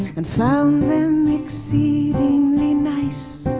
and found them exceedingly nice.